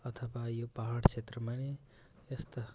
अथवा यो पहाड क्षेत्रमै यस्ता